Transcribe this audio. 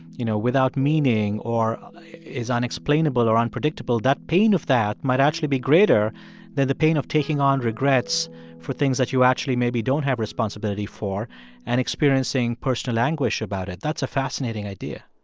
you know, without meaning or is unexplainable or unpredictable that pain of that might actually be greater than the pain of taking on regrets for things that you actually maybe don't have responsibility for and experiencing personal anguish about it. that's a fascinating idea